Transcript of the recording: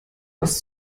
was